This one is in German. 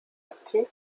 aktiv